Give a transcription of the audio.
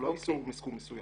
הוא לא איסור מסכום מסוים.